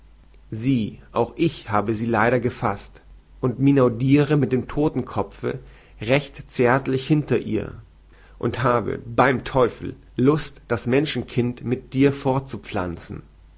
sieh auch ich habe sie leider gefaßt und minaudire mit dem todtenkopfe recht zärtlich hinter ihr und habe beim teufel lust das menschenkind mit dir fortzupflanzen